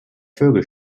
vögel